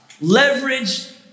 Leverage